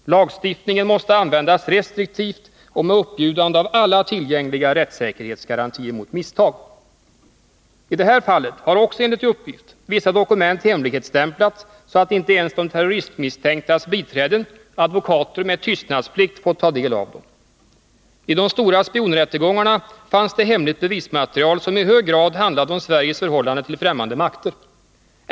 Lagstiftningen måste användas restriktivt och med uppbjudande av alla tillgängliga rättssäkerhetsgarantier mot misstag. I det här fallet har också enligt uppgift vissa dokument hemligstämplats, så att inte ens de terroristmisstänktas biträden — advokater med tystnadsplikt — fått ta del av dem. I de stora spionrättegångarna fanns det hemligt bevismaterial, som i hög grad handlade om Sveriges förhållande till främmande makter.